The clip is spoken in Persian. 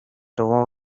دوم